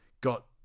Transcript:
got